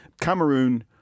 Cameroon